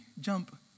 jump